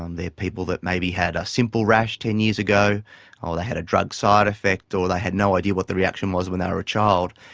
um they are people that maybe had a simple rash ten years ago or they had a drug side effect or they had no idea what the reaction was when they were a child,